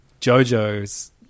Jojo's